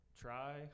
try